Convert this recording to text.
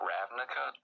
Ravnica